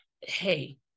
hey